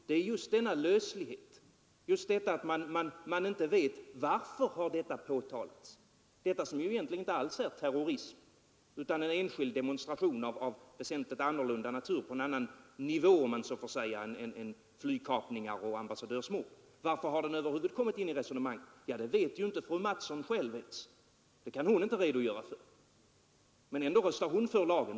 Det är just denna löslighet, att man inte vet varför detta har påtalats som ju egentligen inte alls är terrorism utan en enskild demonstration av väsentligt annan natur, på en annan nivå, om man så får säga, än flygkapningar och ambassadörsmord. Varför har den över huvud taget kommit in i resonemanget? Ja, det vet inte fröken Mattson själv ens. Det kan hon inte redogöra för. Och ändå röstar hon för lagen.